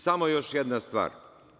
Samo još jedna stvar.